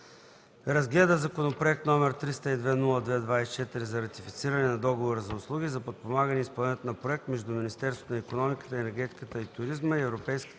разгледа Законопроект № 302-02-24 за ратифициране на Договора за услуги за подпомагане изпълнението на проект между Министерството на икономиката, енергетиката и туризма и Европейската банка